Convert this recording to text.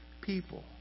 people